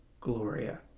Gloria